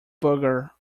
burger